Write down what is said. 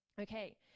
Okay